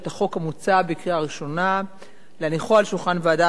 החוק המוצע בקריאה ראשונה ולהניחו על שולחן ועדת